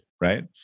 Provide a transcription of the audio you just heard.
right